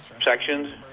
sections